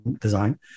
Design